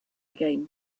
again